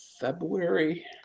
February